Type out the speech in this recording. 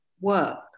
work